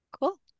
Cool